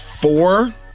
four